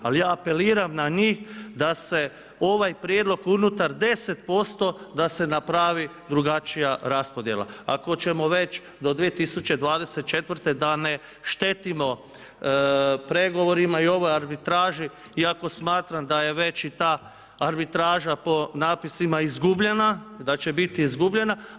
Ali ja apeliram na njih da se ovaj prijedlog unutar 10% da se napravi drugačija raspodjela, ako ćemo već do 2024. da ne štetimo pregovorima i ovoj arbitraži, iako smatram da je već i ta arbitraža po napisima izgubljena i da će biti izgubljena.